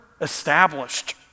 established